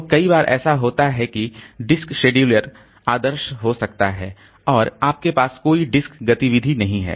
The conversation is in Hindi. तो कई बार ऐसा होता है कि डिस्क शेड्यूलर आदर्श हो सकता है और आपके पास कोई डिस्क गतिविधि नहीं है